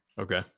Okay